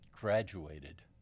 graduated